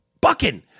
bucking